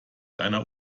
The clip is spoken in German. einer